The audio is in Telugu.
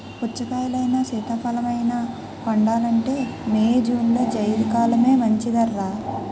పుచ్చకాయలైనా, సీతాఫలమైనా పండాలంటే మే, జూన్లో జైద్ కాలమే మంచిదర్రా